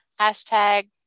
Hashtag